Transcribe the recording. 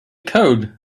code